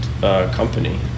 company